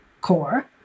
core